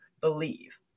believe